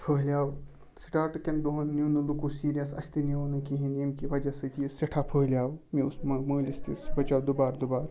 پھہلیٛوو start کٮ۪ن دۄہَن نیٛوٗ نہٕ لُکو سیٖریَس اَسہِ تہِ نیٛوٗ نہٕ کِہیٖنٛۍ ییٚمہِ کہِ وجہ سۭتۍ یہِ سٮ۪ٹھاہ پھٔہلیٛوو مےٚ اوس مٲلِس تہِ سُہ بَچوو دُبارٕ دُبارٕ